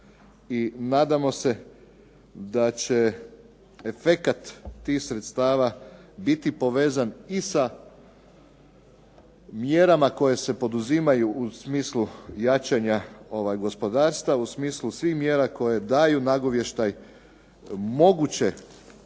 i nadamo se da će efekat tih sredstava biti povezan i sa mjerama koje se poduzimaju u smislu jačanja gospodarstva u smislu svih mjera koje daju nagovještaj mogućeg